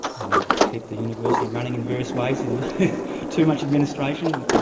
i keep the university running in various ways too much administration,